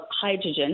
Hydrogen